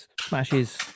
smashes